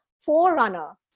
forerunner